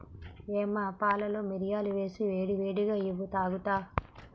యమ్మ పాలలో మిరియాలు ఏసి ఏడి ఏడిగా ఇవ్వు తాగుత